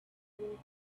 woking